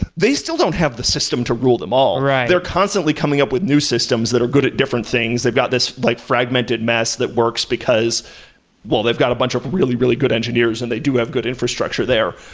they still don't have the system to rule them all. they're constantly coming up with new systems that are good at different things. they've got this like fragmented mess that works because well, they've got a bunch of really, really good engineers and they do have good infrastructure there.